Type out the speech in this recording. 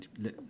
let